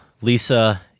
Lisa